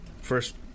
first